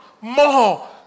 more